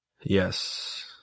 Yes